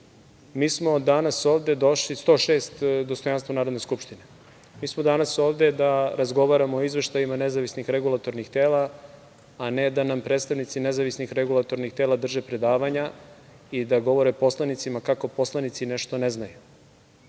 poslaničke grupe. Dakle,106. dostojanstvo Narodne skupštine. Mi smo danas ovde da razgovaramo o izveštajima nezavisnih regulatornih tela, a ne da nam predstavnici nezavisnih regulatornih tela drže predavanja i da govore poslanicima kako poslanici nešto ne znaju.